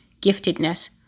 giftedness